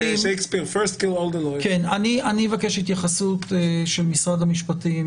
אני אבקש התייחסות של משרד המשפטים